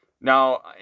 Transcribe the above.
Now